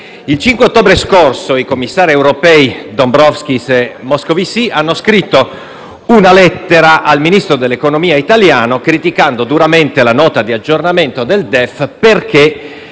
il 5 ottobre scorso i commissari europei Dombrovskis e Moscovici hanno scritto una lettera al Ministro dell'economia italiano criticando duramente la Nota di aggiornamento del DEF, perché